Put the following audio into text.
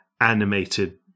animated